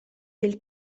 del